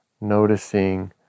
noticing